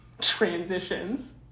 transitions